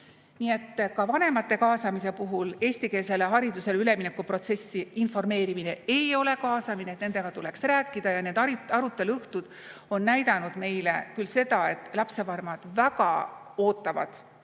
Nii et ka vanemate kaasamise puhul eestikeelsele haridusele üleminekuprotsessi kohta informeerimine ei ole kaasamine. Nendega tuleks rääkida. Need aruteluõhtud on näidanud meile küll seda, et lapsevanemad väga ootavad